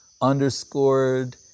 underscored